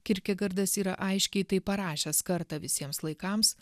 kierkegardas yra aiškiai tai parašęs kartą visiems laikams